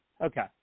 Okay